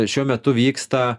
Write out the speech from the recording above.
šiuo metu vyksta